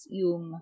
yung